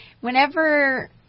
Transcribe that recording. whenever